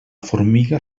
formiga